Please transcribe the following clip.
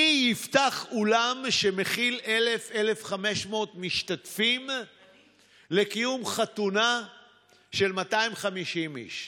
מי יפתח אולם שמכיל 1,000 1,500 משתתפים לקיום חתונה של 250 איש?